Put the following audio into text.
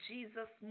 Jesus